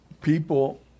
people